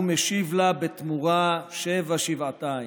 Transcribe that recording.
והוא משיב לה בתמורה שבע שבעתיים,